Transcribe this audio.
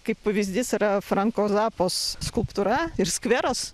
kaip pavyzdys yra franko zapos skulptūra ir skveras